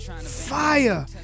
Fire